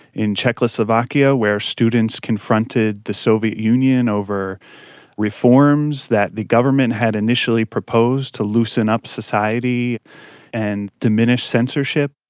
in czechoslovakia where students confronted the soviet union over reforms that the government had initially proposed to loosen up society and diminish censorship.